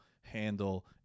handle